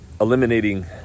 eliminating